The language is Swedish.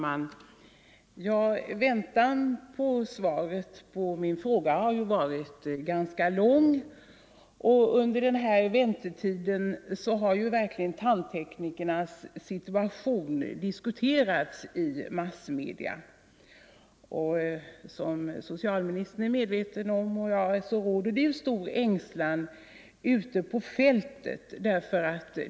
Herr talman! Väntan på svaret på min fråga har varit ganska lång. Under denna väntan har tandteknikernas situation verkligen diskuterats i massmedia. Som socialministern vet råder det stor ängslan ute på fältet.